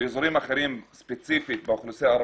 באזורים אחרים ספציפית באוכלוסייה הערבית,